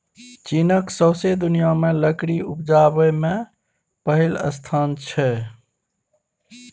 चीनक सौंसे दुनियाँ मे लकड़ी उपजाबै मे पहिल स्थान छै